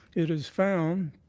it is found